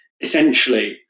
Essentially